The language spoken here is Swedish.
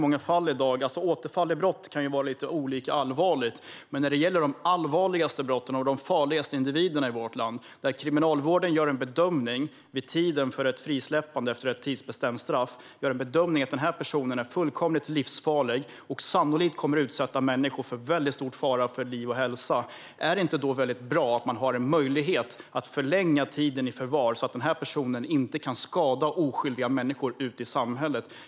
Återfall i brott kan vara lite olika allvarliga, men när det gäller de allvarligaste brotten och de farligaste individerna i vårt land och Kriminalvården vid tiden för ett frisläppande efter ett tidsbestämt straff gör en bedömning att den här personen är fullkomligt livsfarlig och sannolikt kommer att utsätta människor för mycket stor fara för liv och hälsa - är det inte då bra att man har möjlighet att förlänga tiden i förvar så att den här personen inte kan skada oskyldiga människor ute i samhället?